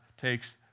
takes